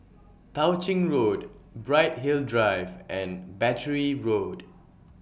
Tao Ching Road Bright Hill Drive and Battery Road